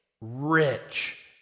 rich